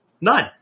None